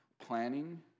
planning